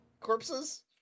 corpses